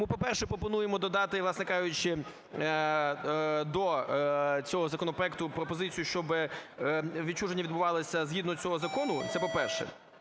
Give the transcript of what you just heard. Тому, по-перше, пропонуємо додати, власне кажучи, до цього законопроекту пропозицію, щоб відчуження відбувалось згідно цього закону. Це по-перше.